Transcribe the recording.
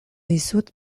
dizut